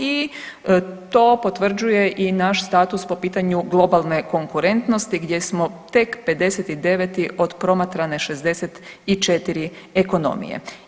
I to potvrđuje i naš status po pitanju globalne konkurentnosti, gdje smo tek 59. od promatrane 64 ekonomije.